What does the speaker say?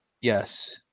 Yes